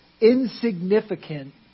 insignificant